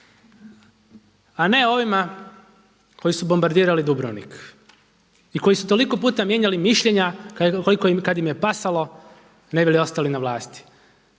a ne ovima koji su bombardirali Dubrovnik i koji su toliko puta mijenjali mišljenja koliko kada im je pasalo ne bi li ostali na vlasti.